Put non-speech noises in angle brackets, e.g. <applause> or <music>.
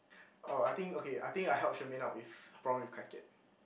oh I think okay I think I help Shermaine out with problem with Kai-Kiat <breath>